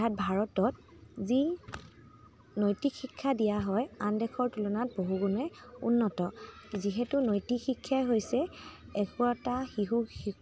অৰ্থাৎ ভাৰতত যি নৈতিক শিক্ষা দিয়া হয় আন দেশৰ তুলনাত বহুগুণে উন্নত যিহেতু নৈতিক শিক্ষাই হৈছে একোটা শিশুক